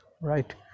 right